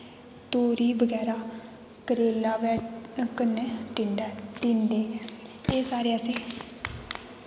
तोरी बगैरा करेला कन्नै टींडा कन्नै टींडे एह् सारे असैं